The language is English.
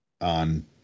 on